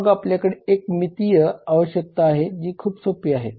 मग आपल्याकडे एक मितीय आवश्यकता आहे जी खूप सोपी आहे